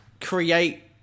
create